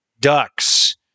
ducks